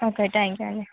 okay thank you అండి